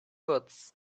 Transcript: woods